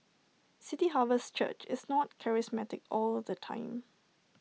city harvest church is not charismatic all the time